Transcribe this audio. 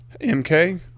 MK